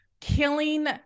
killing